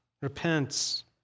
repents